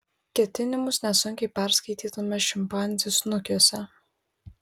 ketinimus nesunkiai perskaitytume šimpanzių snukiuose